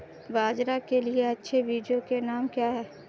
बाजरा के लिए अच्छे बीजों के नाम क्या हैं?